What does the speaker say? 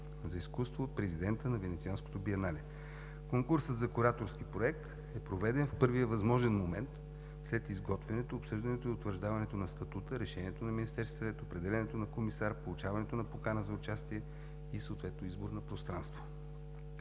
за изкуство от президента на Венецианското биенале. Конкурсът за кураторски проект е проведен в първия възможен момент след изготвянето, обсъждането и утвърждаването на Статута, решението на Министерския съвет, определението на комисар, получаването на покана за участие и съответно избор на пространство.